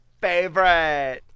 favorite